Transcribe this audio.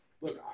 look